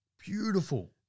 Beautiful